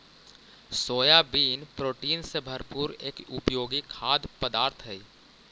soybean protein से भरपूर एक उपयोगी खाद्य पदार्थ हई